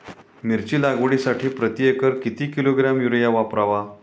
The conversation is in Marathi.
मिरची लागवडीसाठी प्रति एकर किती किलोग्रॅम युरिया वापरावा?